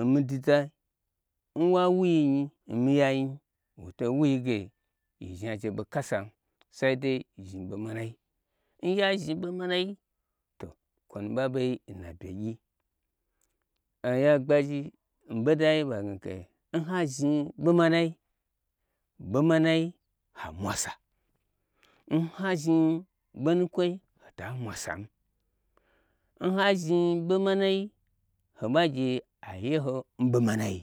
omi duda n wa wuyi nyi nmiyianyi woto wui ge, yi zhni aje ɓo kasan sai dai yi zhni ɓo manai n yazhni ɓo manai to kwonu ɓa beyi nna bye gyi oya gbagi n ɓo dai bagnige nha zhni ɓo manai, ɓo manai ha mwasa, n ha zhni ɓo nukwoi hoba mwa sam, n ha zhni ɓo manai ho ɓa gye ai ye ho n ɓo manai.